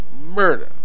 murder